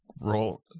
Roll